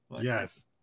Yes